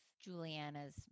Juliana's